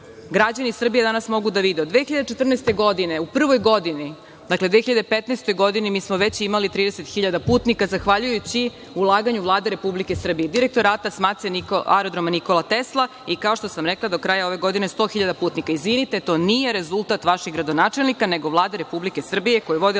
građani Srbije danas mogu da vide da od 2014. godine u prvoj godini, dakle 2015. godini mi smo već imali 30 hiljada putnika zahvaljujući ulaganju Vlade Republike Srbije, direktora Aerodroma „Nikola Tesla“ i kao što sam rekla do kraja ove godine 100 hiljada putnika. Izvinite, to nije rezultat vašeg gradonačelnika, nego Vlade Republike Srbije koju vodi